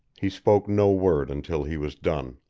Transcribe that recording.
he spoke no word until he was done.